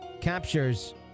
captures